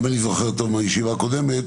אם אני זוכר טוב מהישיבה הקודמת,